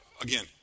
again